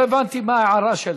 לא הבנתי מה ההערה שלך.